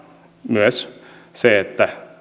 myös